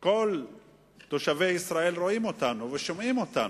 כל תושבי ישראל רואים אותנו ושומעים אותנו.